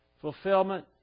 fulfillment